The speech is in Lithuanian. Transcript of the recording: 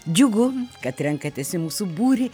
džiugu kad renkatės į mūsų būrį